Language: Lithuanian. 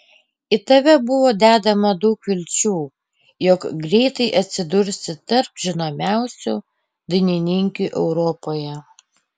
į tave buvo dedama daug vilčių jog greitai atsidursi tarp žinomiausių dainininkių europoje